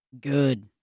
Good